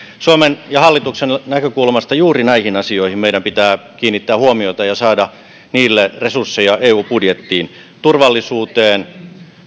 suomen ja hallituksen näkökulmasta juuri näihin asioihin meidän pitää kiinnittää huomiota ja saada niille resursseja eu budjettiin turvallisuuteen